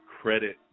credit